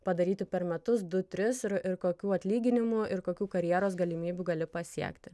padaryti per metus du tris ir ir kokių atlyginimų ir kokių karjeros galimybių gali pasiekti